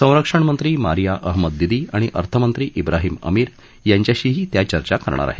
संरक्षण मंत्री मारिया अहमद दिदी आणि अर्थमंत्री ब्राहीम अमीर यांच्याशीही त्या चर्चा करणार आहेत